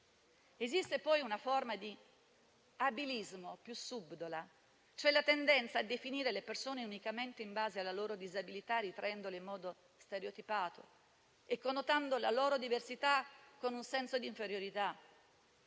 Esiste poi una forma di abilismo più subdola, cioè la tendenza a definire le persone unicamente in base alla loro disabilità, riferendole in modo stereotipato e connotando la loro diversità con un senso di inferiorità.